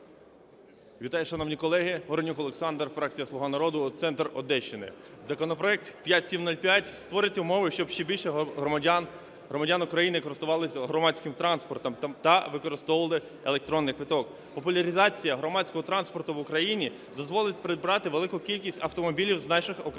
Вітаю, шановні колеги. Горенюк Олександр, фракція "Слуга народу", центр Одещини. Законопроект 5705 створить умови, щоб ще більше громадян України користувалися громадським транспортом та використовували електронний квиток. Популяризація громадського транспорту в Україні дозволить прибрати велику кількість автомобілів з наших українських